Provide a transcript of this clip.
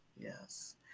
yes